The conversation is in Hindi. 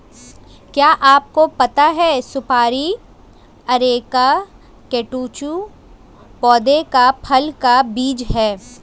क्या आपको पता है सुपारी अरेका कटेचु पौधे के फल का बीज है?